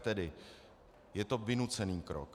Tedy je to vynucený krok.